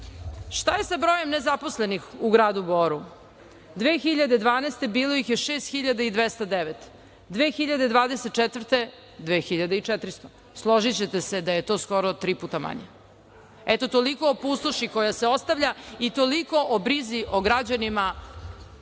je sa brojem nezaposlenih u gradu Boru? Godine 2012. bilo ih je 6.209, 2024. – 2.400, složićete se da je to skoro tri puta manje. Toliko o pustoši koja se ostavlja i toliko o brizi o građanima